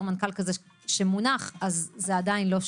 מנכ"ל כזה שמונח אז זה עדיין לא שם.